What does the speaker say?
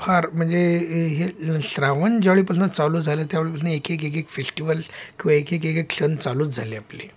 फार म्हणजे हे हे श्रावण ज्यावेळीपासनं चालू झालं त्यावेळेपासनं एक एक एकेक फेस्टिवल किंवा एक एक एक एक सण चालूच झाले आपले